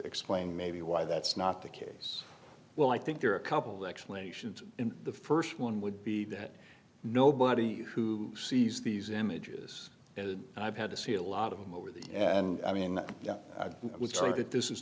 explain maybe why that's not the case well i think there are a couple the explanations in the st one would be that nobody who sees these images as i've had to see a lot of them over there and i mean i was told that this is